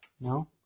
No